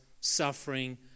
suffering